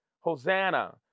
Hosanna